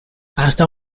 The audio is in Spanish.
hasta